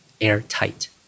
airtight